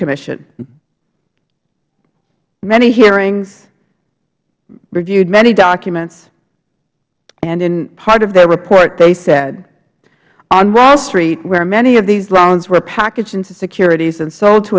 commission many hearings reviewed many documents and in part of their report they said on wall street where many of these loans were packaged into securities and sold to